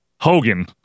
Hogan